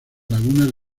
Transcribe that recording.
lagunas